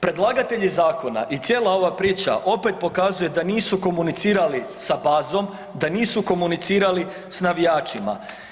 Predlagatelji zakona i cijela ova priča opet pokazuje da nisu komunicirali sa bazom, da nisu komunicirali s navijačima.